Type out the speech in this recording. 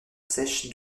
sèche